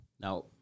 now